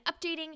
updating